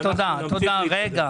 ואנחנו נמשיך להתקדם.